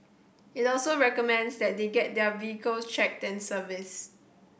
it also recommends that they get their vehicles checked and serviced